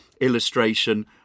illustration